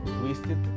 twisted